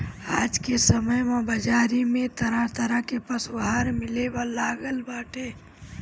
आज के समय में बाजारी में तरह तरह के पशु आहार मिले लागल बाटे